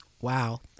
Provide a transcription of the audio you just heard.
Wow